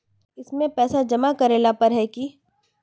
इसमें पैसा जमा करेला पर है की?